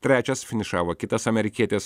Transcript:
trečias finišavo kitas amerikietis